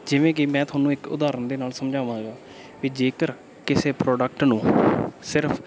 ਜਿਵੇਂ ਕਿ ਮੈਂ ਤੁਹਾਨੂੰ ਇੱਕ ਉਦਾਹਰਣ ਦੇ ਨਾਲ ਸਮਝਾਵਾਂਗਾ ਵੀ ਜੇਕਰ ਕਿਸੇ ਪ੍ਰੋਡਕਟ ਨੂੰ ਸਿਰਫ਼